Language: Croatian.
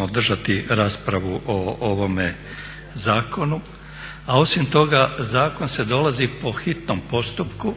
održati raspravu o ovome zakonu, a osim toga zakon dolazi po hitnom postupku